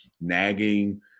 nagging